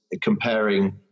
comparing